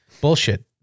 bullshit